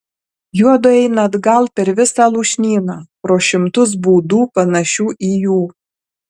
juodu eina atgal per visą lūšnyną pro šimtus būdų panašių į jų